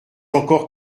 encore